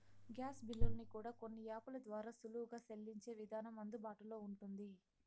gas బిల్లుల్ని కూడా కొన్ని యాపుల ద్వారా సులువుగా సెల్లించే విధానం అందుబాటులో ఉంటుంది